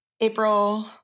April